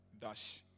dash